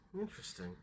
Interesting